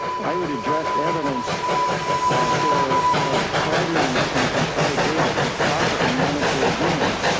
i would addressed evidence for crowding and contrived data for profit and monetary gain.